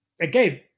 again